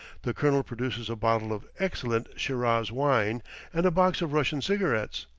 the colonel produces a bottle of excellent shiraz wine and a box of russian cigarettes.